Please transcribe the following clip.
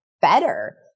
better